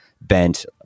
bent